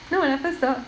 no when I first ta~